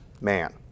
man